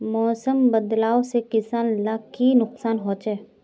मौसम बदलाव से किसान लाक की नुकसान होचे?